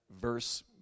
verse